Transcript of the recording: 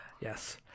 yes